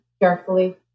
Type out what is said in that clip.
carefully